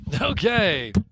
Okay